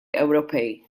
ewropej